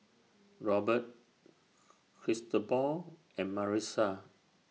Robert Cristobal and Marissa